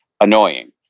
annoying